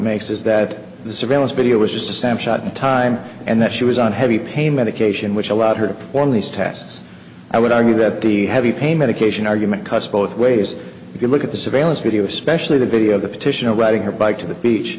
makes is that the surveillance video was just a snapshot in time and that she was on heavy pain medication which allowed her to perform these tasks i would argue that the heavy pain medication argument cuts both ways if you look at the surveillance video especially the video of the petitioner riding her bike to the beach